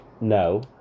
No